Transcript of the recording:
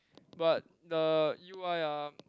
but the u_i ah